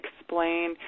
explain